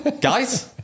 Guys